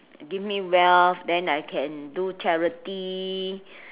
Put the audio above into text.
give me wealth then I can do charity